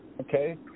Okay